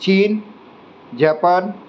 China Japan